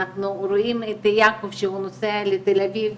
אנחנו רואים את יעקב שהוא נוסע לתל אביב